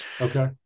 okay